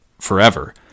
forever